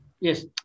Yes